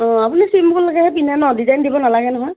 অ আপুনি চিম্পুলকৈহে পিন্ধে ন' ডিজাইন দিব নালাগে নহয়